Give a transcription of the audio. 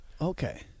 Okay